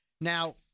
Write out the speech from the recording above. Now